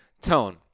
tone